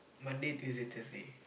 Monday Tuesday Thursday